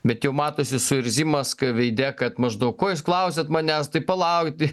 bet jau matosi suirzimas veide kad maždaug ko jūs klausiat manęs tai palaukit